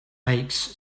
makes